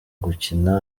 gukina